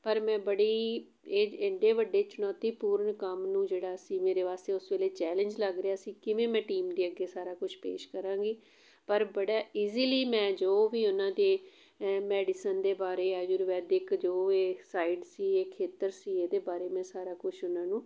ਪਰ ਮੈਂ ਬੜੀ ਇਹ ਐਡੇ ਵੱਡੇ ਚੁਣੌਤੀਪੂਰਨ ਕੰਮ ਨੂੰ ਜਿਹੜਾ ਸੀ ਮੇਰੇ ਵਾਸਤੇ ਉਸ ਵੇਲੇ ਚੈਲੇਂਜ ਲੱਗ ਰਿਹਾ ਸੀ ਕਿਵੇਂ ਮੈਂ ਟੀਮ ਦੇ ਅੱਗੇ ਸਾਰਾ ਕੁਛ ਪੇਸ਼ ਕਰਾਂਗੀ ਪਰ ਬੜਾ ਈਜ਼ੀਲੀ ਮੈਂ ਜੋ ਵੀ ਉਹਨਾਂ ਦੇ ਮੈਡੀਸਨ ਦੇ ਬਾਰੇ ਆਯੁਰਵੈਦਿਕ ਜੋ ਇਹ ਸਾਈਡ ਸੀ ਇਹ ਖੇਤਰ ਸੀ ਇਹਦੇ ਬਾਰੇ ਮੈਂ ਸਾਰਾ ਕੁਝ ਉਹਨਾਂ ਨੂੰ